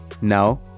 Now